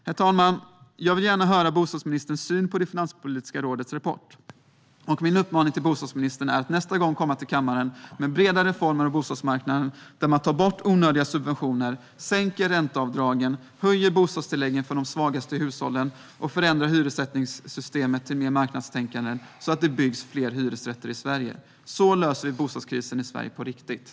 Herr talman! Jag vill gärna höra bostadsministerns syn på Finanspolitiska rådets rapport. Min uppmaning till bostadsministern är att han nästa gång kommer till kammaren med breda reformer om bostadsmarknaden, där man tar bort onödiga subventioner, sänker ränteavdragen, höjer bostadstilläggen för de svagaste hushållen och förändrar hyressättningssystemet till mer marknadstänkande så att det byggs fler hyresrätter i Sverige. På det sättet löser vi bostadskrisen i Sverige på riktigt.